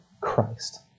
Christ